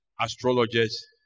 Astrologers